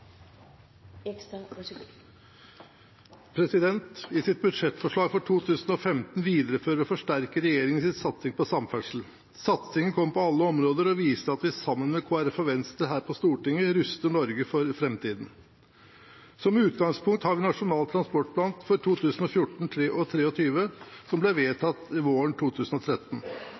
I sitt budsjettforslag for 2015 viderefører og forsterker regjeringen sin satsing på samferdsel. Satsingen kommer på alle områder og viser at vi sammen med Kristelig Folkeparti og Venstre her på Stortinget ruster Norge for framtiden. Som utgangspunkt har vi Nasjonal transportplan for 2014–2023, som ble vedtatt våren 2013.